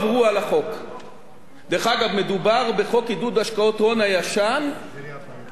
מדובר בחוק עידוד השקעות הון הישן שפג תוקפו ב-2010,